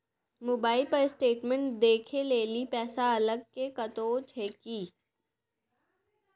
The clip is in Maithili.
मोबाइल पर स्टेटमेंट देखे लेली पैसा अलग से कतो छै की?